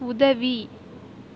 உதவி